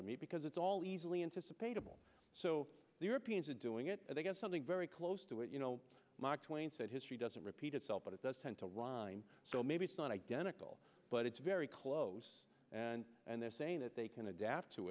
to meet because it's all easily anticipated so the europeans are doing it and they get something very close to it you know mark twain said history doesn't repeat itself but it does tend to rhyme so maybe it's not identical but it's very close and they're saying that they can adapt to